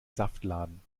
saftladen